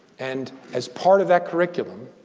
and as part of that curriculum,